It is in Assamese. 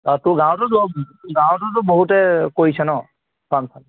অঁ তোৰ গাঁৱটোতো গাঁৱটোতো তোৰ বহুতে কৰিছে ন ফাৰ্মখন